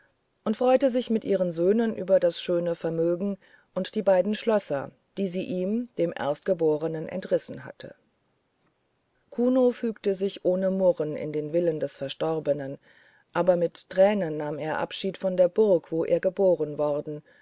und freute sich mit ihren söhnen über das schöne vermögen und die beiden schlösser die sie ihm dem erstgebornen entrissen hatten kuno fügte sich ohne murren in den willen des verstorbenen aber mit tränen nahm er abschied von der burg wo er geboren worden